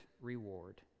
reward